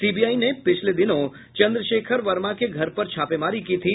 CBI ने पिछले दिनों चंद्रशेखर वर्मा के घर पर छापेमारी की थी